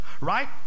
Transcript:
right